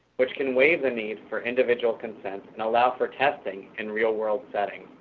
which can waive the need for individual consent, and allow for testing in real-world settings.